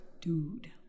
Dude